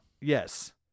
Yes